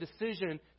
decision